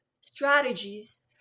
strategies